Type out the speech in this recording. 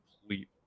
complete